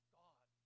god